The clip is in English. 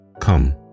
Come